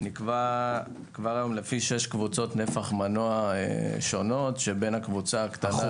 נקבע לפי שש קבוצות נפח מנוע שונות, חובה.